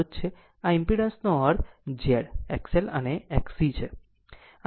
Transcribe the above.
આ ઈમ્પીડન્સ નો અર્થZ XL XC છે